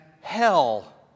hell